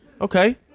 okay